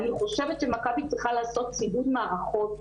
אני חושבת שמכבי צריכה לעשות סיווג מערכות,